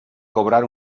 cobrar